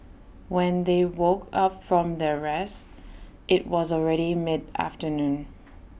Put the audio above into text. when they woke up from their rest IT was already mid afternoon